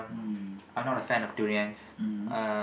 mm mmhmm